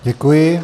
Děkuji.